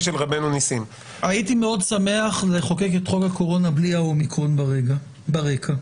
הייתי שמח לחוקק את חוק הקורונה בלי האומיקרון ברקע.